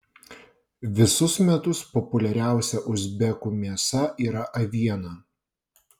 visus metus populiariausia uzbekų mėsa yra aviena